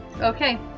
Okay